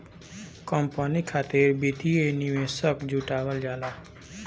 company खातिर वित्तीय निवेशक जुटावल जाला